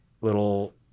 little